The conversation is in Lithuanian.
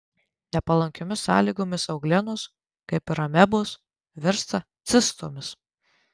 nepalankiomis sąlygomis euglenos kaip ir amebos virsta cistomis